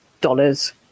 dollars